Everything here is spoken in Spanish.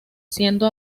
siendo